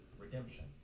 redemption